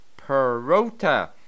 Perota